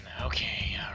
Okay